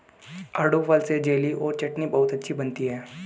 आड़ू फल से जेली और चटनी बहुत अच्छी बनती है